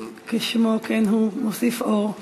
שכשמו כן הוא: מוסיף אור.